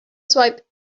swipe